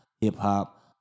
hip-hop